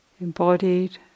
embodied